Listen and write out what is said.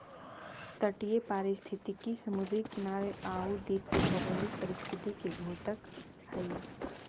तटीय पारिस्थितिकी समुद्री किनारे आउ द्वीप के भौगोलिक परिस्थिति के द्योतक हइ